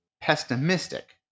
pessimistic